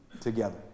together